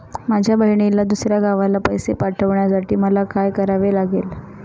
माझ्या बहिणीला दुसऱ्या गावाला पैसे पाठवण्यासाठी मला काय करावे लागेल?